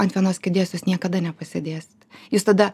ant vienos kėdės jūs niekada nepasėdėsit jūs tada